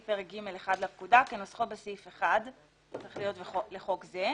פרק ג'1 לפקודה כנוסחו בסעיף 1 לחוק זה,